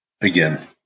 Again